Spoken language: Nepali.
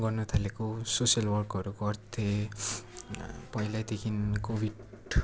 गर्नु थालेको सोसियल वर्कहरू गर्थेँ पहिल्यैदेखि कोभिड